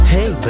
Hey